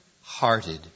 hearted